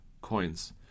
coins